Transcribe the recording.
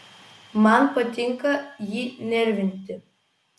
man patinka jį nervinti